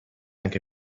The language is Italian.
anche